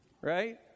Right